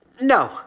No